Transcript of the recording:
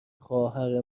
خواهر